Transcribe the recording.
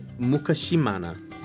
Mukashimana